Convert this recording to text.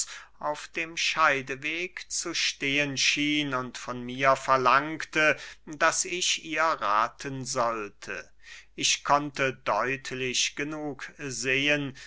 auf dem scheideweg zu stehen schien und von mir verlangte daß ich ihr rathen sollte ich konnte deutlich genug sehen